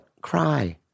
cry